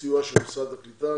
הסיוע של משרד הקליטה.